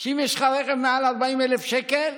אם יש לך רכב מעל 40,000 שקל,